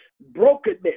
brokenness